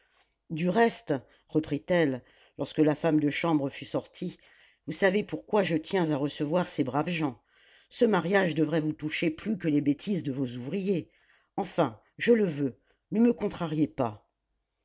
du reste reprit-elle lorsque la femme de chambre fut sortie vous savez pourquoi je tiens à recevoir ces braves gens ce mariage devrait vous toucher plus que les bêtises de vos ouvriers enfin je le veux ne me contrariez pas